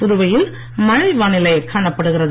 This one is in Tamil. புதுவையில் மழை வானிலை காணப்படுகிறது